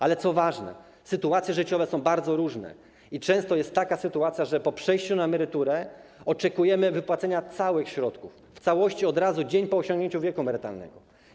Ale co ważne - sytuacje życiowe są bardzo różne i często jest taka sytuacja, że po przejściu na emeryturę oczekujemy wypłacenia wszystkich środków, w całości od razu, dzień po osiągnięciu wieku emerytalnego.